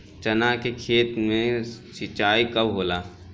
चना के खेत मे सिंचाई कब होला?